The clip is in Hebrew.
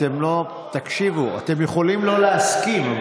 תנו לה לסיים.